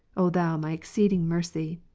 o thou my exceeding mercy,